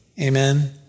Amen